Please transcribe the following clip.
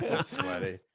Sweaty